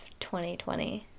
2020